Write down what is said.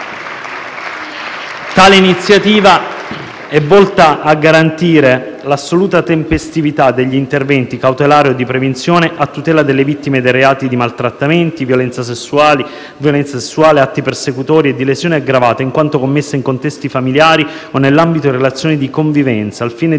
Tale iniziativa è volta a garantire l'assoluta tempestività degli interventi cautelari o di prevenzione a tutela delle vittime dei reati di maltrattamento, violenza sessuale, atti persecutori e lesioni aggravate, in quanto commessi in contesti familiari o nell'ambito di relazioni di convivenza,